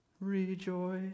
rejoice